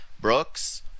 Brooks